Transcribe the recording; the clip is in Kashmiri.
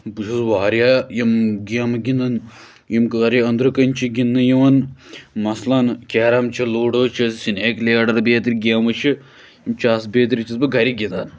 بہٕ چھُس واریاہ یِم گیمہٕ گِنٛدان یِم گارِ أنٛدرٕ کَنۍ چھِ گِنٛدنہٕ یِوان مَثلاً کیرَم چھِ لوٗڈو چھِ سٕنیک لیڈر بیترِ گیمہٕ چھِ یِم چَس بیترِ چھُس بہٕ گَرِ گِنٛدان